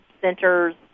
centers